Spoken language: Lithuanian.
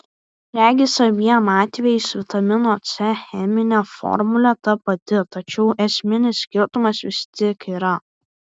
regis abiem atvejais vitamino c cheminė formulė ta pati tačiau esminis skirtumas vis tik yra